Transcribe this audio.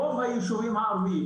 רוב היישובים הערביים,